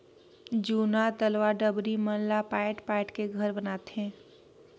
जूना तलवा डबरी मन ला पायट पायट के घर बनाथे